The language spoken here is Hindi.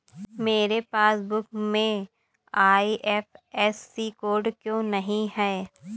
मेरे पासबुक में आई.एफ.एस.सी कोड क्यो नहीं है?